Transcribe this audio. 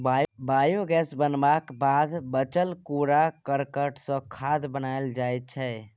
biogas बनबाक बाद बचल कुरा करकट सँ खाद बनाएल जाइ छै